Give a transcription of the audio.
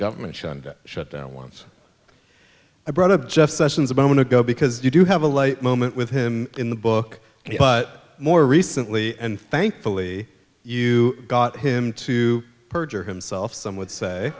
government shunned shut down once i brought up jeff sessions about when to go because you do have a light moment with him in the book but more recently and thankfully you got him to perjure himself some would say